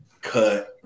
cut